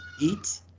eat